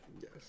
Yes